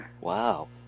Wow